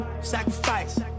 sacrifice